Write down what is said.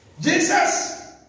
Jesus